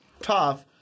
tough